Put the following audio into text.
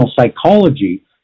psychology